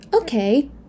okay